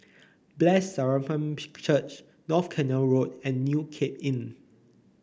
Blessed Sacrament Church North Canal Road and New Cape Inn